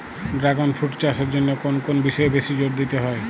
Dragon fruit চাষের জন্য কোন কোন বিষয়ে বেশি জোর দিতে হয়?